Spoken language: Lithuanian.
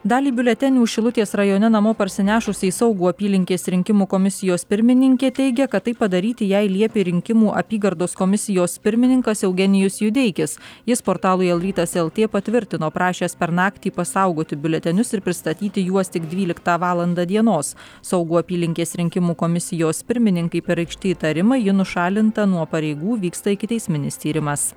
dalį biuletenių šilutės rajone namo parsinešusi saugų apylinkės rinkimų komisijos pirmininkė teigia kad tai padaryti jai liepė rinkimų apygardos komisijos pirmininkas eugenijus judeikis jis portalui lrytas lt patvirtino prašęs per naktį pasaugoti biuletenius ir pristatyti juos tik dvyliktą valandą dienos saugų apylinkės rinkimų komisijos pirmininkei pareikšti įtarimai ji nušalinta nuo pareigų vyksta ikiteisminis tyrimas